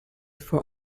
for